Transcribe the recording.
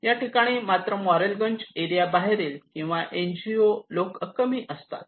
याठिकाणी मात्र मॉरेलगंज एरिया बाहेरील किंवा एन जी ओ लोक कमी असतात